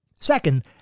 Second